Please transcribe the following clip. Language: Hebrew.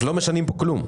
אם כן, לא משנים כאן כלום.